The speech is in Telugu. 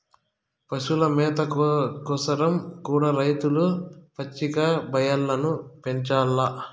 పశుల మేత కోసరం కూడా రైతులు పచ్చిక బయల్లను పెంచాల్ల